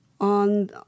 on